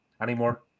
anymore